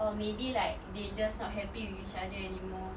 or maybe like they just not happy with each other anymore